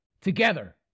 Together